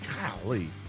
Golly